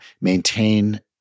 maintain